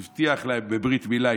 הוא הבטיח להם בברית מילה,